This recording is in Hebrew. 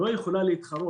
לא יכול להתחרות.